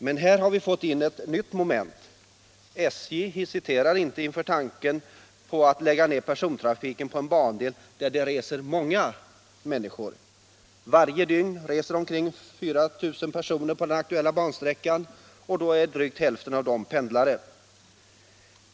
Men här har vi fått in ett nytt moment: SJ hesiterar inte inför tanken på att lägga ner persontrafiken på en bandel där det reser många människor. Varje dygn reser omkring 4 000 personer på den aktuella bansträckan, och drygt hälften av dem är pendlare.